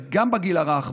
גם בגיל הרך,